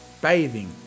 bathing